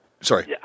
Sorry